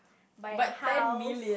buy a house